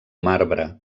marbre